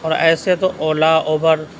اور ایسے تو اولیٰ اوبر